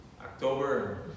October